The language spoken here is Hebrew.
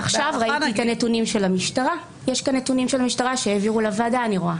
עכשיו ראיתי את הנתונים של המשטרה שהעבירו לוועדה ואני רואה